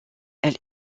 elle